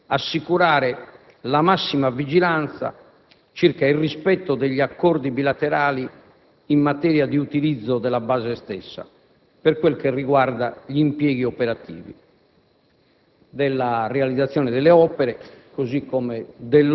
Sarà ugualmente dovere del Governo assicurare la massima vigilanza circa il rispetto degli accordi bilaterali in materia di utilizzo della base stessa, per quel che riguarda gli impieghi operativi.